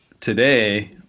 today